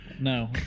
No